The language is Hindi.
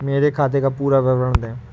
मेरे खाते का पुरा विवरण दे?